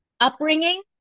upbringing